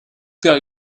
père